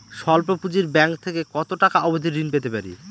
স্বল্প পুঁজির ব্যাংক থেকে কত টাকা অবধি ঋণ পেতে পারি?